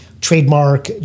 trademark